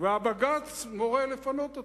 והבג"ץ מורה לפנות אותה,